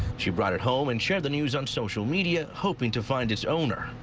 she brought it home and shared the news on social media, hoping to find its owner.